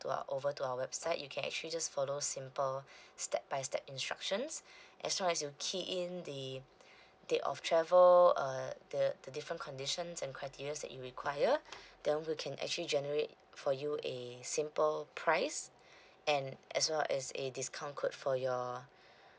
to our over to our website you can actually just follow simple step by step instructions as long as you key in the date of travel uh the the different conditions and criteria's that you require then we can actually generate for you a simple price and as well as a discount code for your